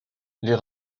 les